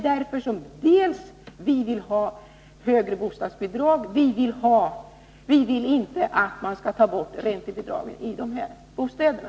Därför vill vi ha högre bostadsbidrag, och vi vill inte att man skall ta bort räntebidragen till de här bostäderna.